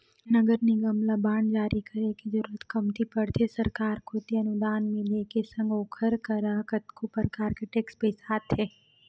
नगर निगम ल बांड जारी करे के जरुरत कमती पड़थे सरकार कोती अनुदान मिले के संग ओखर करा कतको परकार के टेक्स पइसा आथे